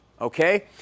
Okay